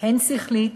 הן שכלית